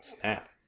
snap